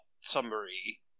summary